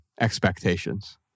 expectations